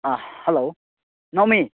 ꯑꯥ hello ꯅꯥꯎꯃꯤ